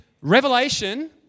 Revelation